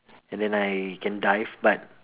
and then I can dive but